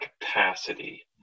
capacity